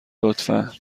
لطفا